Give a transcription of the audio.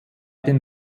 den